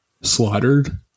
slaughtered